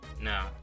No